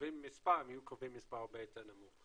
קובעים מספר הם היו קובעים מספר הרבה יותר